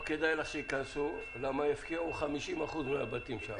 לא כדאי לך שייכנסו כי יפקיעו 50% מהבתים שם.